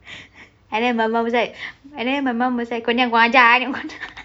and then my mum was like and then my mum was like kau jangan kurang ajar eh